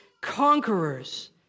conquerors